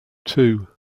two